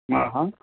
हां हां